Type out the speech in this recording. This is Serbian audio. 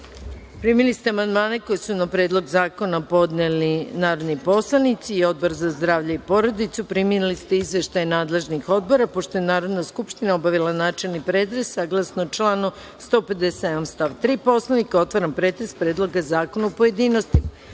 ste amandmane koje su na Predlog zakona podneli narodni poslanici i Odbor za zdravlje i porodicu. Primili ste izveštaje nadležnih odbora. Pošto je Narodna skupština obavila načelni pretres, saglasno članu 157. stav 3. Poslovnika, otvaram pretres Predloga zakona u pojedinostima. Na